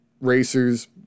racers